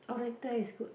Oriental is good